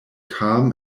calm